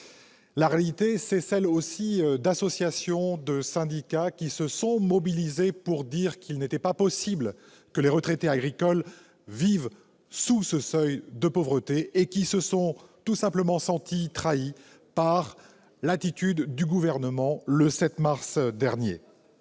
La réalité, c'est celle aussi d'associations, de syndicats, qui se mobilisent pour dire qu'il n'est pas possible que les retraités agricoles vivent sous le seuil de pauvreté : ils se sont sentis trahis par l'attitude du Gouvernement le 7 mars dernier.